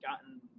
gotten